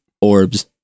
orbs